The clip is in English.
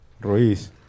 Ruiz